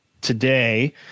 today